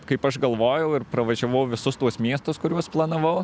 kaip aš galvojau ir pravažiavau visus tuos miestus kuriuos planavau